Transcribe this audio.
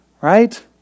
right